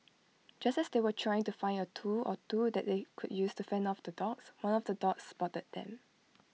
just as they were trying to find A tool or two that they could use to fend off the dogs one of the dogs spotted them